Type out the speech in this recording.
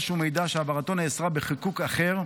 או שהוא מידע שהעברתו נאסרה בחיקוק אחר.